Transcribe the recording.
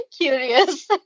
curious